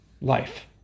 life